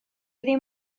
ddim